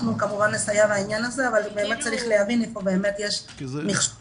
אנחנו כמובן נסייע לעניין הזה אבל צריך להבין איפה באמת יש מכשולים